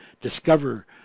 discover